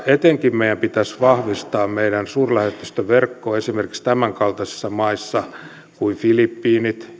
etenkin meidän pitäisi vahvistaa meidän suurlähetystöverkkoa esimerkiksi tämänkaltaisissa maissa kuin filippiinit